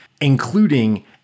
including